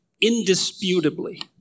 indisputably